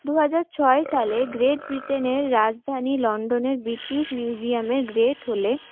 দু হাজার ছয় সালে গ্রেট ব্রিটেনের রাজধানী লন্ডনের ব্রিটিশ মিউজিয়ামের গ্রেট হলে